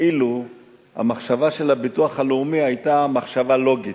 אילו המחשבה של הביטוח הלאומי היתה מחשבה לוגית.